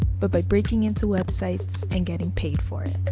but by breaking into websites and getting paid for it.